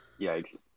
Yikes